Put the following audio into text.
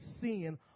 sin